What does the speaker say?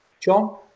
John